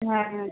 হ্যাঁ